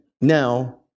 now